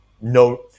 no